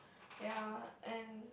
ya and